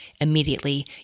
immediately